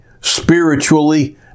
spiritually